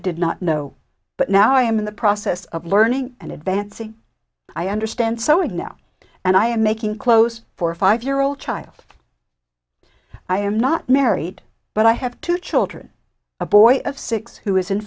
did not know but now i am in the process of learning and advancing i understand sewing now and i am making clothes for a five year old child i am not married but i have two children a boy of six who is in